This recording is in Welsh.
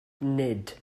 nid